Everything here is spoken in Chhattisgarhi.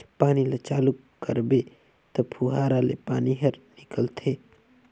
पानी ल चालू करबे त फुहारा ले पानी हर निकलथे